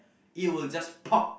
it will just pop